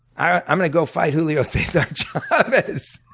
i'm gonna go fight julio cesar chavez.